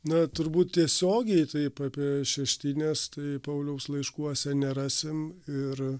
na turbūt tiesiogiai taip apie šeštines tai pauliaus laiškuose nerasim ir